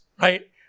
right